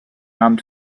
armed